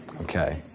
Okay